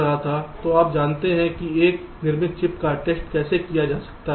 तो आप जानते हैं कि एक निर्मित चिप का टेस्ट कैसे किया जा सकता है